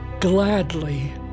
gladly